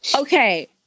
Okay